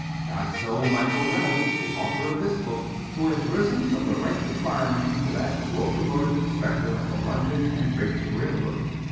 not so michael reynolds, the author of this book, who has risen from the rank of fireman to that of locomotive inspector on the london and brighton railroad.